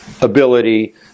ability